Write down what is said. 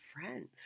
friends